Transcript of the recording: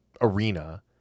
arena